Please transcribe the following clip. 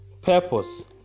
Purpose